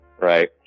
Right